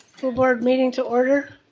board meeting to order.